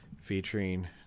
featuring